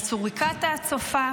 הסוריקטה הצופה?